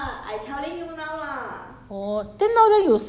orh 你没有讲我哪里知道 so 整个要 cancel meh